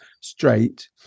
straight